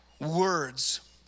words